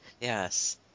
Yes